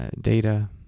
data